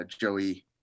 Joey